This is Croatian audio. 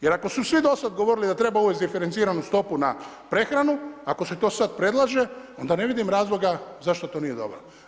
Jer ako su svi dosad govorili da treba uvesti diferenciranu stopu na prehranu, ako se to sad predlaže, onda ne vidim razloga zašto to nije dobro.